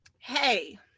Hey